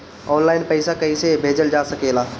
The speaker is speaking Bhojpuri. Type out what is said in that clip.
आन लाईन पईसा कईसे भेजल जा सेकला?